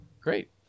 Great